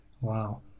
Wow